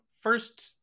first